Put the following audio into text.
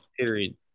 period